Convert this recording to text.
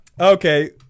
Okay